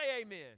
Amen